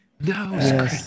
No